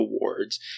awards